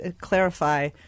clarify